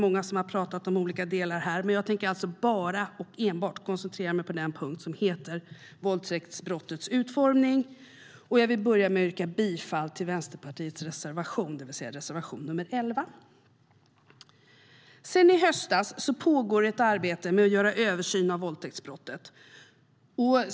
Många har talat om de olika delarna i betänkandet. Jag tänkte koncentrera mig enbart på den punkt som heter Våldtäktsbrottets utformning, och jag börjar med att yrka bifall till Vänsterpartiets reservation, det vill säga reservation nr 11. Sedan i höstas pågår ett arbete med en översyn av våldtäktsbrottet.